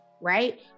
right